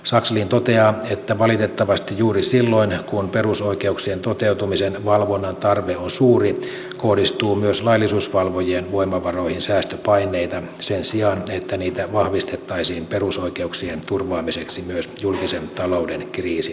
sakslin toteaa että valitettavasti juuri silloin kun perusoikeuksien toteutumisen valvonnan tarve on suuri kohdistuu myös laillisuusvalvojien voimavaroihin säästöpaineita sen sijaan että niitä vahvistettaisiin perusoikeuksien turvaamiseksi myös julkisen talouden kriisin aikana